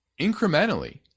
incrementally